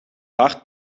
hard